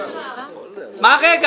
מה "רגע"?